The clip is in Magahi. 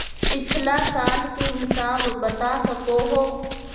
पिछला साल के हिसाब बता सको हो?